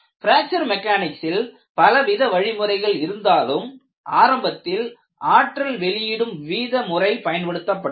fracture மெக்கானிக்ஸில் பலவித வழிமுறைகள் இருந்தாலும் ஆரம்பத்தில் ஆற்றல் வெளியிடும் வீத முறை பயன்படுத்தப்பட்டது